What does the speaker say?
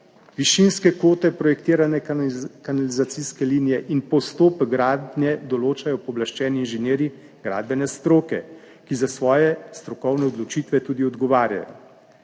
višinske kote, projektiranje kanalizacijske linije in postopek gradnje določajo pooblaščeni inženirji gradbene stroke, ki za svoje strokovne odločitve tudi odgovarjajo.